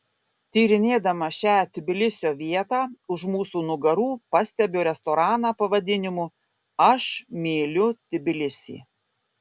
tyrinėdama šią tbilisio vietą už mūsų nugarų pastebiu restoraną pavadinimu aš myliu tbilisį